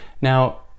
Now